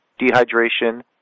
dehydration